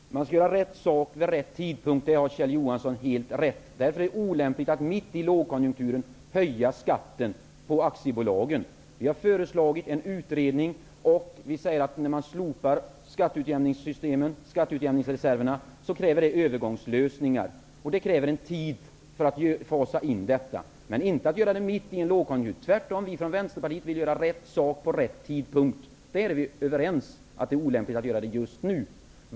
Herr talman! Man skall göra rätt sak vid rätt tidpunkt, i det har Kjell Johansson helt rätt. Det är därför olämpligt att mitt i lågkonjunkturen höja skatten för aktiebolagen. Vi har föreslagit en utredning och säger att när skatteutjämningssystemen, skatteutjämningsreserverna, slopas kräver det övergångslösningar. Och det krävs tid för att fasa in det här. Men det här skall inte göras mitt i en lågkonjunktur, tvärtom. Vi i Vänsterpartiet vill göra rätt sak vid rätt tid. Vi är överens med er om att det är olämpligt just nu.